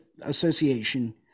association